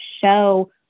show